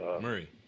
Murray